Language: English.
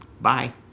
Bye